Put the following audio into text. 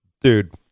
dude